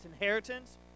inheritance